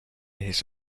his